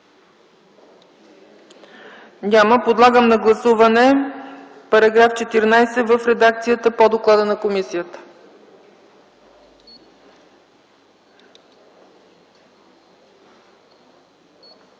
Няма. Подлагам на гласуване § 14 в редакцията по доклада на комисията.